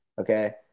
Okay